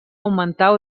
augmentar